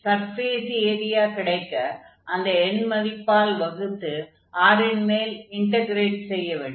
surface area கிடைக்க அந்த எண்மதிப்பால் வகுத்து R ன் மேல் இன்டக்ரேட் செய்ய வேண்டும்